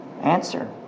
Answer